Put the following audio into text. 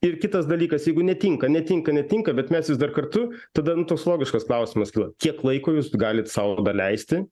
ir kitas dalykas jeigu netinka netinka netinka bet mes vis dar kartu tada nu toks logiškas klausimas kyla kiek laiko jūs galit sau daleisti